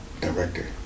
director